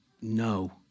no